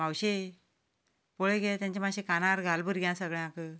मावशे पळय गे तांचें मातशें कानार घाल भुरग्यांक सगळ्यांक